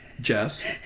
jess